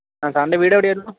ആ സാറിൻ്റെ വീട് എവിടെ ആയിരുന്നു